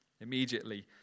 Immediately